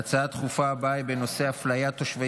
ההצעות הדחופות הבאות הן בנושא: אפליית תושבי